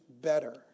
better